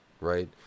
right